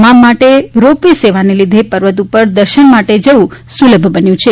તમામ માટે ropeway સેવાને લીધે પર્વત ઉપર દર્શન માટે જવું સુલભ બન્યું છે